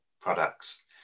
products